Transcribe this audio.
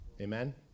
Amen